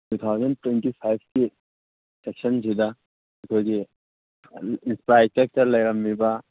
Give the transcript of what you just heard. two thousand twenty ꯐꯥꯏꯕꯀꯤ ꯁꯦꯁꯟꯁꯤꯗ ꯑꯩꯈꯣꯏꯒꯤ ꯏꯟꯐ꯭ꯔꯥꯁꯇ꯭ꯔꯨꯛꯆꯔ ꯂꯩꯔꯝꯃꯤꯕ